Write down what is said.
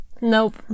Nope